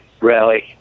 rally